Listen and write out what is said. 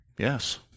Yes